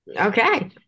Okay